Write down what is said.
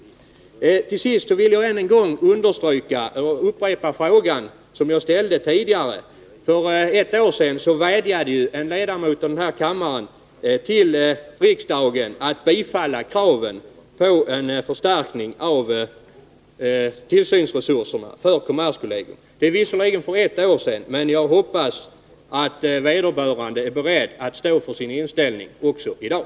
Till sist vill jag än en gång understryka vad jag sagt tidigare: För ett år sedan vädjade en ledamot av denna kammare till riksdagen att tillgodose kraven på en förstärkning av tillsynsresurserna vid kommerskollegium. Det har visserligen gått ett år sedan dess, men jag hoppas att vederbörande är beredd att också i dag stå för sin inställning.